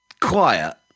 quiet